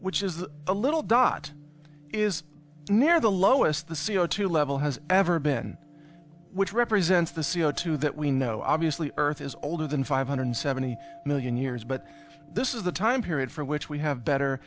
which is a little dot is near the lowest the c o two level has ever been which represents the c o two that we know obviously earth is older than five hundred seventy million years but this is the time period for which we have better